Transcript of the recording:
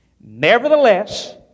Nevertheless